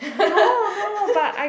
no no but I